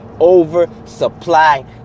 oversupply